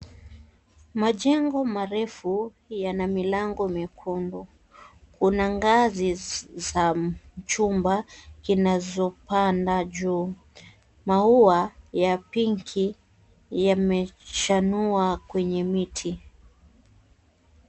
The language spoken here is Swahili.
Majengo marefu, yana milango mekundu. Kuna ngazi za chumba, kinazopanda juu. Maua ya pinki, yamechanua kwenye miti.